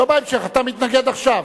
לא בהמשך, אתה מתנגד עכשיו.